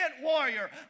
warrior